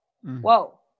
whoa